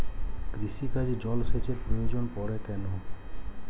কৃষিকাজে জলসেচের প্রয়োজন পড়ে কেন?